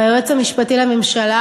והיועץ המשפטי לממשלה,